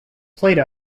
plato